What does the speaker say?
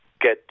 get